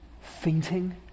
fainting